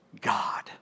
God